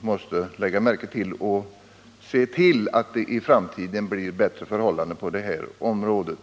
måste uppmärksammas, om det i framtiden skall bli bättre förhållanden på detta område.